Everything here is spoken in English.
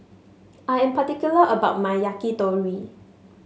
I am particular about my Yakitori